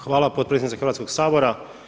Hvala potpredsjednice Hrvatskog sabora.